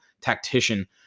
tactician